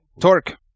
Torque